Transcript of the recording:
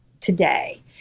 today